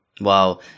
wow